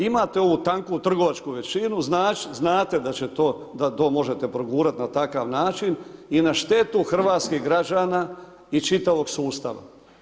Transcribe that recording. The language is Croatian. Imate ovu tanku trgovačku većinu, znate da će to, da to možete progurati na takav način i na štetu hrvatskih građana i čitavog sustava.